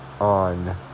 on